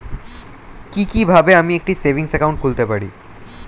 কি কিভাবে আমি একটি সেভিংস একাউন্ট খুলতে পারি?